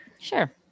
Sure